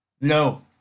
No